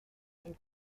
and